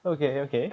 okay okay